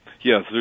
Yes